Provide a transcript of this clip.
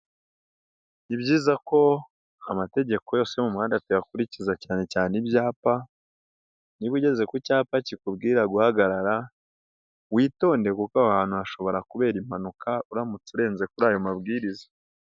Ni ibyiza ko amategeko yose yo mu muhanda twayakurikiza cyane cyane ibyapa, niba ugeze ku cyapa kikubwira guhagarara, witonde kuko aho hantu hashobora kubera impanuka uramutse urenze kuri ayo mabwiriza.